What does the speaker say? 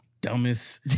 dumbest